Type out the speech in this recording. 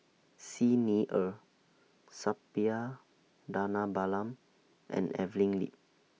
Xi Ni Er Suppiah Dhanabalan and Evelyn Lip